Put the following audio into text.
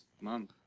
mom